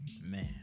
Man